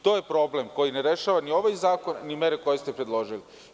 To je problem koji ne rešava ni ovaj zakon, ni mere koje ste predložili.